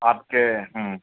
آپ کے ہوں